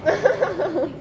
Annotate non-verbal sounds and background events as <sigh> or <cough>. <laughs>